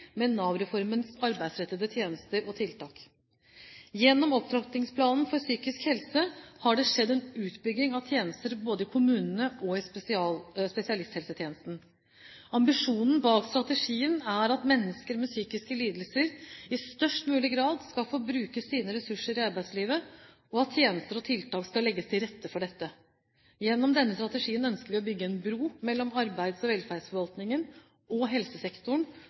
med psykiske lidelser i sammenheng med Nav-reformens arbeidsrettede tjenester og tiltak. Gjennom Opptrappingsplanen for psykisk helse har det skjedd en utbygging av tjenester både i kommunene og i spesialisthelsetjenesten. Ambisjonen bak strategien er at mennesker med psykiske lidelser i størst mulig grad skal få bruke sine ressurser i arbeidslivet, og at tjenester og tiltak skal legge til rette for dette. Gjennom denne strategien ønsker vi å bygge en bro mellom arbeids- og velferdsforvaltningen og helsesektoren